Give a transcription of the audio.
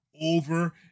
over –